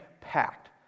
packed